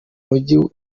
mujyi